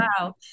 wow